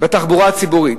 בתחבורה הציבורית,